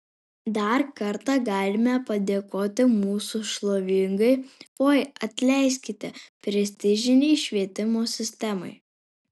dar kartą galime padėkoti mūsų šlovingai oi atleiskite prestižinei švietimo sistemai